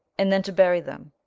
and then to bury them,